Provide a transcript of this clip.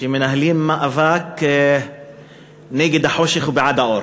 שמנהלים מאבק נגד החושך ובעד האור.